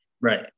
Right